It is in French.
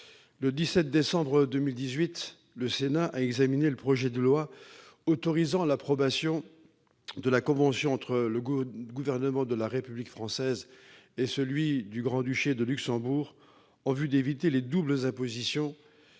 le 17 décembre 2018, le Sénat a examiné le projet de loi autorisant l'approbation de la convention entre le Gouvernement de la République française et le Gouvernement du Grand-Duché de Luxembourg en vue d'éviter les doubles impositions